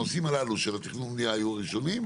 הנושאים הללו של התכנון יעלו ראשונים,